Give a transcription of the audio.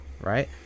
Right